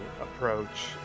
approach